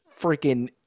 freaking –